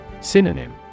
Synonym